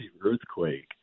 earthquake